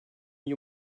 you